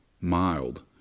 mild